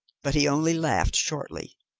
but he only laughed shortly.